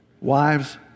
wives